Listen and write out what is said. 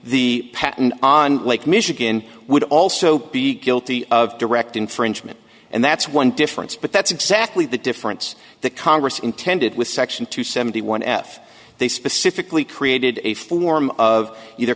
the patent on lake michigan would also be guilty of direct infringement and that's one difference but that's exactly the difference that congress intended with section two seventy one f they specifically created a form of either